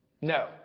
No